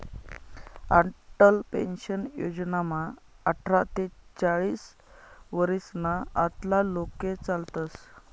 Atal pension योजनामा आठरा ते चाईस वरीसना आतला लोके चालतस